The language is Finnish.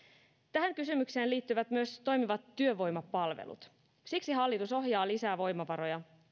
tähän kysymykseen liittyvät myös toimivat työvoimapalvelut siksi hallitus ohjaa lisää voimavaroja